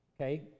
Okay